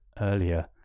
earlier